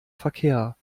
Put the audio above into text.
verkehr